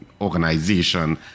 Organization